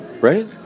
Right